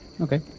Okay